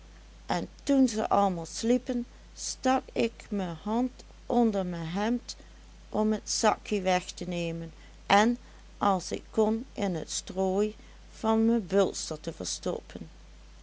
os toen ze allemaal sliepen stak ik me hand onder me hemd om et zakkie weg te nemen en als ik kon in t strooi van me bulster te verstoppen